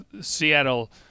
Seattle